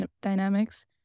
dynamics